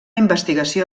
investigació